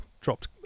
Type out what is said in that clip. dropped